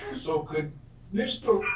so could mr.